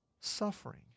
Suffering